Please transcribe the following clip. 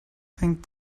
think